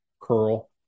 curl